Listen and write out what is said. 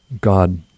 God